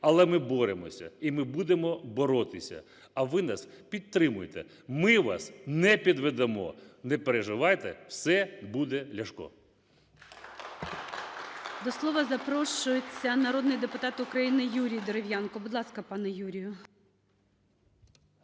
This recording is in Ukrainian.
Але ми боремося, і ми будемо боротися. А ви нас підтримуйте. Ми вас не підведемо. Не переживайте, все буде Ляшко.